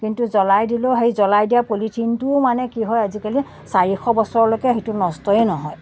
কিন্তু জ্বলাই দিলেও সেই জ্বলাই দিয়াৰ পলিথিনটোও মানে কি হয় আজিকালি চাৰিশ বছৰলৈকে সেইটো নষ্টই নহয়